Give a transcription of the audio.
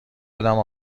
بودم